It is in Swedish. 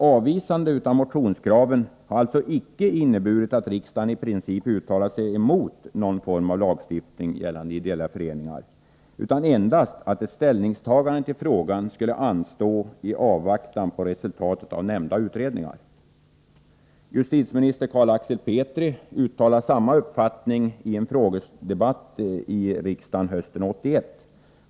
Avvisande av motionskraven har alltså icke inneburit att riksdagen i princip uttalat sig emot någon form av lagstiftning gällande ideella föreningar, utan endast att ett ställningstagande till frågan skulle anstå i avvaktan på resultatet av nämnda utredningar. Den dåvarande justitieministern Carl Axel Petri uttalade samma uppfattning i en frågedebatt i riksdagen hösten 1981.